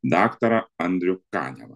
daktarą andrių kaniavą